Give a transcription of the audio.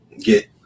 get